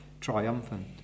triumphant